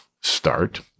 start